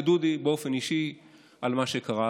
לדודי באופן אישי מה שקרה,